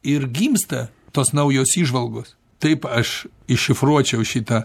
ir gimsta tos naujos įžvalgos taip aš iššifruočiau šitą